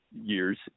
years